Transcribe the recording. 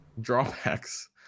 drawbacks